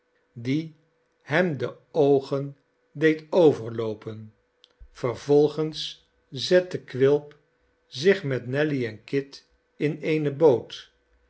die hem de oogen deed overloopen vervolgens zette quilp zich met nelly en kit in eene boot